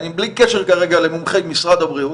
בלי קשר כרגע למומחי משרד הבריאות,